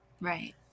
right